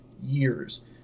years